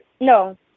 no